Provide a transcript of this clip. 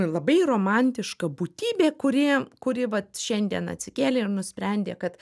labai romantiška būtybė kuri kuri vat šiandien atsikėlė ir nusprendė kad